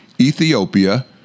Ethiopia